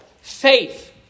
faith